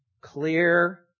clear